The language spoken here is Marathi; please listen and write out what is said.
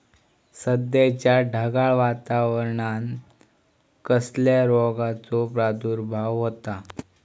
सध्याच्या ढगाळ वातावरणान कसल्या रोगाचो प्रादुर्भाव होता?